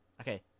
Okay